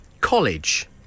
College